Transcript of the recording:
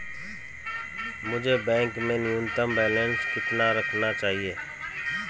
मुझे बैंक में न्यूनतम बैलेंस कितना रखना चाहिए?